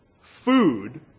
food